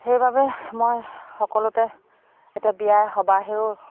সেইবাবে মই সকলোতে এতিয়া বিয়া সবাহেও